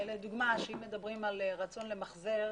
לדוגמה, אם מדברים על רצון למחזר